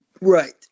right